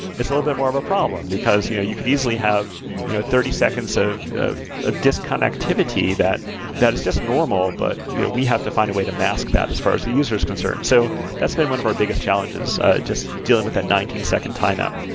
it's a little bit more of a problem, because you know you could easily have you know thirty seconds of of a disconnectivity that that is just normal, but you know we have to find a way to mask that as far as the user is concerned so that's maybe one of our biggest challenge is just dealing with that nineteen second timeout.